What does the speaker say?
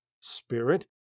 spirit